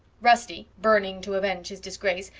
rusty, burning to avenge his disgrace,